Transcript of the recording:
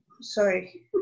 sorry